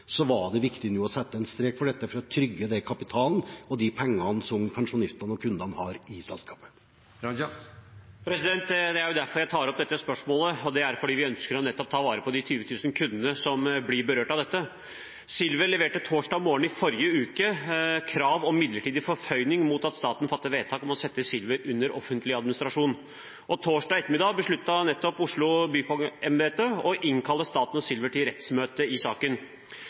dette for å trygge kapitalen og de pengene som pensjonistene, kundene, har i selskapet. Det er jo nettopp derfor jeg tar opp dette spørsmålet, vi ønsker å ta vare på de 20 000 kundene som blir berørt av dette. Silver leverte torsdag morgen i forrige uke krav om midlertidig forføyning mot at staten fatter vedtak om å sette Silver under offentlig administrasjon. Torsdag ettermiddag besluttet Oslo byfogdembete å innkalle staten og Silver til rettsmøte i saken.